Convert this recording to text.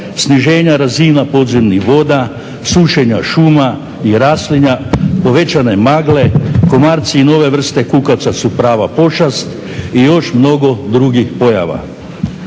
sniženja razina podzemnih voda, sušenja šuma i raslinja, povećane magle, komarci i nove vrste kukaca su prava pošast i još mnogo drugih pojava.